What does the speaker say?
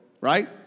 right